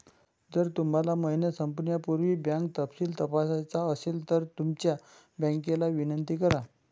जर तुम्हाला महिना संपण्यापूर्वी बँक तपशील तपासायचा असेल तर तुमच्या बँकेला विनंती करा